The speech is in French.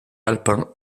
alpin